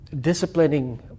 disciplining